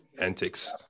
antics